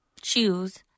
choose